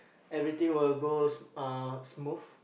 everything will go s~ uh smooth